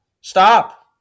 Stop